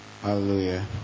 Hallelujah